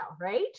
Right